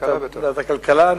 ועדת הכלכלה.